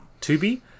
Tubi